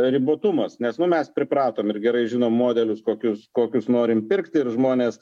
ribotumas nes mes pripratom ir gerai žinom modelius kokius kokius norim pirkt ir žmonės